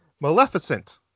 Maleficent